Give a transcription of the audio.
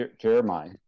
Jeremiah